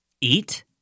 Eat